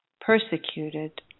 persecuted